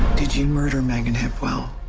did you murder megan hipwell?